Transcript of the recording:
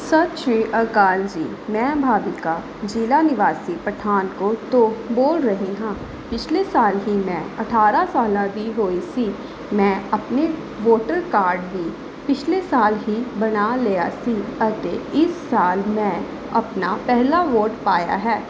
ਸਤਿ ਸ਼੍ਰੀ ਅਕਾਲ ਜੀ ਮੈਂ ਭਾਵੀਕਾ ਜ਼ਿਲ੍ਹਾ ਨਿਵਾਸੀ ਪਠਾਨਕੋਟ ਤੋਂ ਬੋਲ ਰਹੀ ਹਾਂ ਪਿਛਲੇ ਸਾਲ ਹੀ ਮੈਂ ਅਠਾਰ੍ਹਾਂ ਸਾਲਾਂ ਦੀ ਹੋਈ ਸੀ ਮੈਂ ਆਪਣੇ ਵੋਟਰ ਕਾਰਡ ਵੀ ਪਿਛਲੇ ਸਾਲ ਹੀ ਬਣਾ ਲਿਆ ਸੀ ਅਤੇ ਇਸ ਸਾਲ ਮੈਂ ਆਪਣਾ ਪਹਿਲਾ ਵੋਟ ਪਾਇਆ ਹੈ